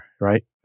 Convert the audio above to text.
right